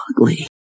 ugly